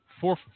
Four